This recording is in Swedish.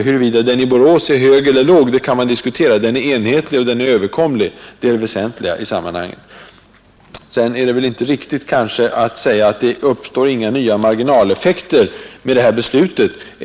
Huruvida den i Borås är hög eller låg, det kan man diskutera. Den är enhetlig, och den är överkomlig. Det är det väsentliga i sammanhanget. Beträffande marginaleffekterna vill jag bara tillägga att det väl inte är riktigt att påstå, att några nya sådana effekter inte uppstår genom det här beslutet.